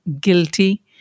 guilty